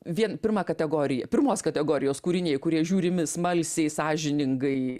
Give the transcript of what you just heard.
vien pirma kategorija pirmos kategorijos kūriniai kurie žiūrimi smalsiai sąžiningai